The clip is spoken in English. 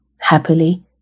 happily